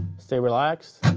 stay relaxed,